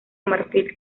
marfil